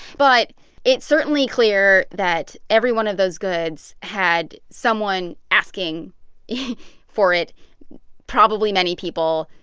but it's certainly clear that every one of those goods had someone asking yeah for it probably many people,